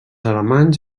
alemanys